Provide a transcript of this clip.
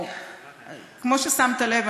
כמו ששמת לב,